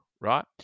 right